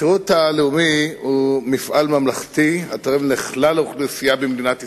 השירות הלאומי הוא מפעל ממלכתי התורם לכלל האוכלוסייה במדינת ישראל,